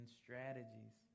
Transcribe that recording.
strategies